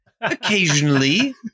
occasionally